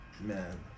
Man